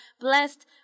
blessed